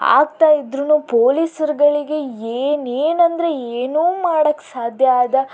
ಆಗ್ತಾಯಿದ್ರೂ ಪೊಲೀಸರುಗಳಿಗೆ ಏನೇನು ಅಂದರೆ ಏನು ಮಾಡೋಕ್ಕೆ ಸಾಧ್ಯ ಆಗದ